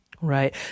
Right